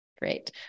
Great